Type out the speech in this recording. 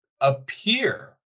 appear